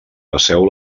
passeu